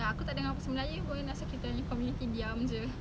!huh! tengah dengar sekarang